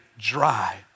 dry